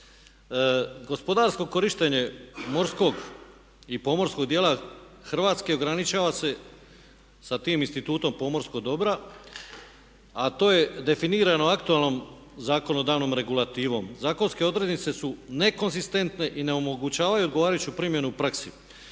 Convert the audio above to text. Gospodarsko korištenje morskog i pomorskog dijela Hrvatske ograničava se sa tim institutom pomorskog dobra, a to je definirano aktualnom zakonodavnom regulativom. Zakonske odrednice su nekonzistentne i ne omogućavaju odgovarajuću primjenu u praksi.